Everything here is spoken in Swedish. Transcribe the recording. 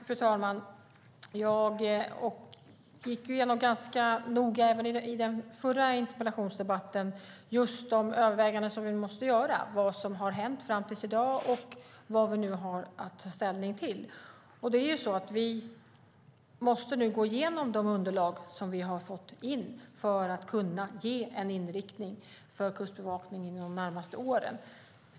Fru talman! Jag gick igenom ganska noga i den förra interpellationsdebatten de överväganden vi måste göra, vad som har hänt fram till i dag och vad vi nu har att ta ställning till. Vi måste gå igenom de underlag som vi har fått in för att kunna ge en inriktning för Kustbevakningen de närmaste åren.